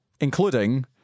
including